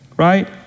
Right